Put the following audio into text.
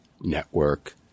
network